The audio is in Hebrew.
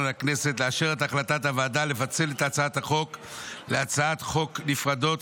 הכנסת לאשר את החלטת הוועדה לפצל את הצעת החוק להצעות חוק נפרדות,